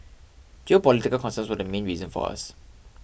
geopolitical concerns were the main reason for us